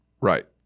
Right